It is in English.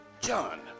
John